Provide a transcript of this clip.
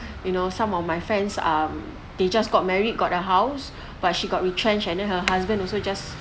you know some of my friends um they just got married got a house but she got retrenched and her husband also just